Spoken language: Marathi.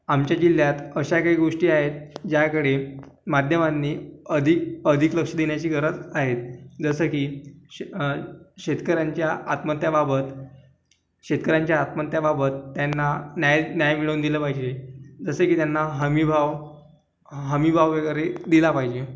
आमचे जिल्ह्यात अशा काय गोष्टी आहेत ज्याकडे माध्यमांनी अधिक अधिक लक्ष देण्याची गरज आहे जसं की शेत शेतकऱ्यांच्या आत्महत्यांबाबत शेतकऱ्यांच्या आत्महत्यांबाबत त्यांना न्याय न्याय मिळवून दिला पाहिजे जसं की त्यांना हमीभाव हमीभाव वगैरे दिला पाहिजे